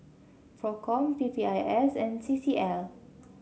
Procom P P I S and C C L